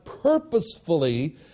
purposefully